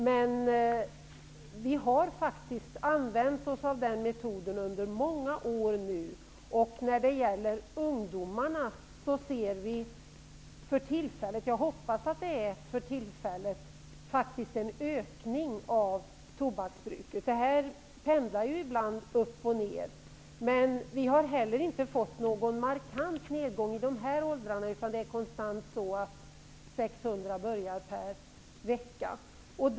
Men vi har använt oss av den metoden under många år. När det gäller ungdomarna ser vi för tillfället, jag hoppas att det är för tillfället, faktiskt en ökning av tobaksbruket. Bruket pendlar ibland upp och ner. Men vi har inte heller fått någon markant nedgång bland ungdomarna. Det är konstant 600 ungdomar som börjar röka varje vecka.